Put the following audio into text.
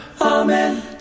Amen